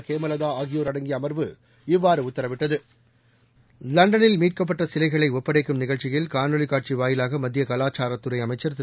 ஹேமலதா ஆகியோர் அடங்கிய அமர்வு இவ்வாறு உத்தரவிட்டது லண்டனில் மீட்கப்பட்ட சிலைகளை ஒப்படைக்கும் நிகழ்ச்சியில் காணொலிக் காட்சி வாயிலாக மத்திய கலாச்சாரத்துறை அமைச்சர் திரு